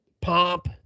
pomp